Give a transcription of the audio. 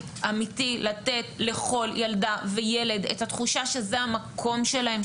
אמיתי לתת לכל ילדה וילד את התחושה שזה המקום שלהם,